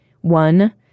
One